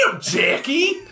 Jackie